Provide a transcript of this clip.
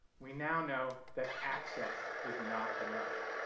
we now know that access is not enough.